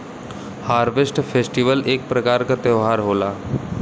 harvest festival एक प्रकार क त्यौहार होला